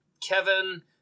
Kevin